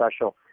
special